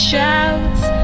Shouts